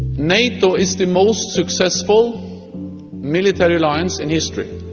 nato is the most successful military alliance in history.